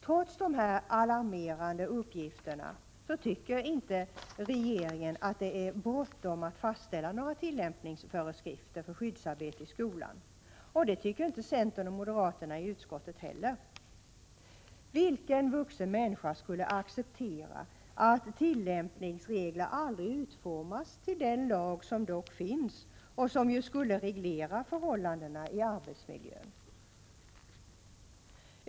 Trots dessa alarmerande uppgifter tycker regeringen inte att det är bråttom att fastställa några tillämpningsföreskrifter för skyddsarbete i skolan, och det tycker inte heller centern och moderaterna i utskottet. Vilken — Prot. 1987/88:42 vuxen människa skulle acceptera att tillämpningsregler aldrig utformas till 10 december 1987 den lag som dock finns och som skulle reglera förhållandena i arbetsmiljön? — Jm. jes.n oo.